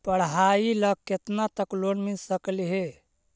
पढाई ल केतना तक लोन मिल सकले हे?